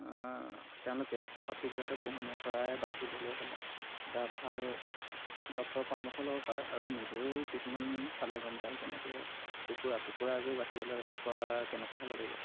তেওঁলোকে সঠিক যাতে পোহনীয়া চৰাই বাচিবলৈ হ'লে এটা ভাল ডক্টৰৰ পৰামৰ্শ ল'ব পাৰে আৰু নিজেও কিছুমান চালে গম পায় যেনেকে কুকুৰা কুকুৰা এযোৰ বাচি পেলাই কুকুৰা কেনেকুৱা হ'ব লাগিব